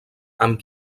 amb